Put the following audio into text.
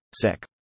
sec